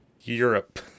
Europe